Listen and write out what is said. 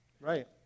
Right